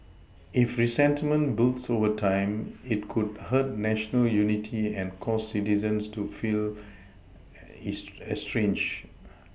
if resentment builds over time it could hurt national unity and cause citizens to feel estranged